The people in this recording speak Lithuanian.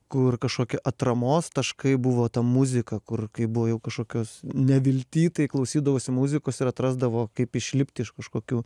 kur kažkokį atramos taškai buvo ta muzika kur kai buvo jau kažkokios nevilty tai klausydavaosi muzikos ir atrasdavau kaip išlipti iš kažkokių